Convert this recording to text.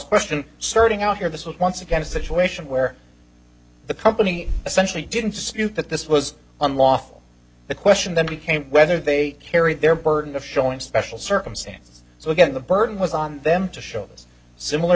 question searching out here this was once again a situation where the company essentially didn't dispute that this was unlawful the question then became whether they carry their burden of showing special circumstances so again the burden was on them to show this similar